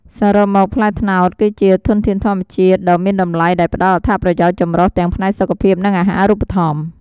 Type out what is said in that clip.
សរុបមក ផ្លែត្នោតគឺជាធនធានធម្មជាតិដ៏មានតម្លៃដែលផ្តល់អត្ថប្រយោជន៍ចម្រុះទាំងផ្នែកសុខភាព និងអាហារូបត្ថម្ភ។